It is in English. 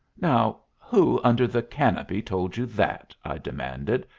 now, who under the canopy told you that? i demanded,